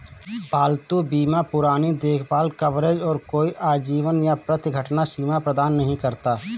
पालतू बीमा पुरानी देखभाल कवरेज और कोई आजीवन या प्रति घटना सीमा प्रदान नहीं करता